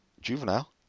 Juvenile